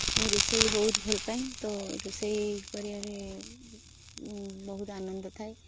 ମୁଁ ରୋଷେଇ ବହୁତ ଭଲ ପାଏ ତ ରୋଷେଇ କରିବାରେ ବହୁତ ଆନନ୍ଦ ଥାଏ